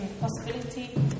possibility